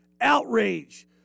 Outrage